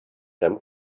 them